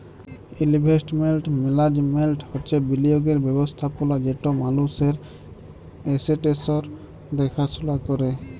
investment management হছে বিলিয়গের ব্যবস্থাপলা যেট মালুসের এসেট্সের দ্যাখাশুলা ক্যরে